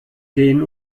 gehen